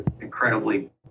incredibly